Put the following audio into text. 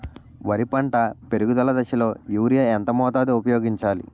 వరి పంట పెరుగుదల దశలో యూరియా ఎంత మోతాదు ఊపయోగించాలి?